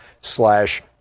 slash